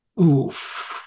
oof